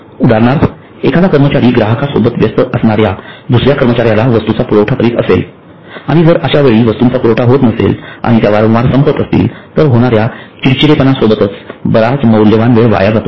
उदाहरणार्थ एखादा कर्मचारी ग्राहकांसोबत व्यस्त असणाऱ्या दुसऱ्या कर्मचार्यांला वस्तूचा पुरवठा करीत असेल आणि जर अश्या वेळी वस्तूंचा पुरवठा वेळेत होत नसेल आणि त्या वारंवार संपत असतील तर होणाऱ्या चिडचिडेपणा सोबतच बराच मौल्यवान वेळ वाया जातो